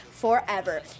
Forever